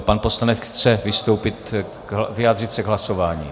Pan poslanec chce vystoupit vyjádřit se k hlasování.